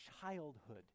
childhood